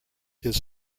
his